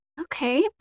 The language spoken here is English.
Okay